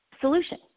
solution